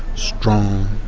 strong,